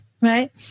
right